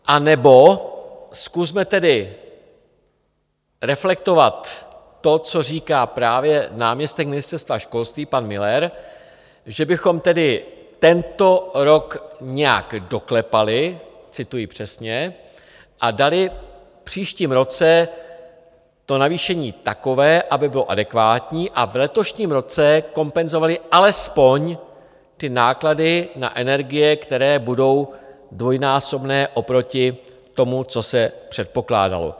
Anebo zkusme tedy reflektovat to, co říká právě náměstek ministerstva školství pan Miller, že bychom tedy tento rok nějak doklepali, cituji přesně, a dali v příštím roce to navýšení takové, aby bylo adekvátní, a v letošním roce kompenzovali alespoň ty náklady na energie, které budou dvojnásobné oproti tomu, co se předpokládalo.